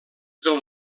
del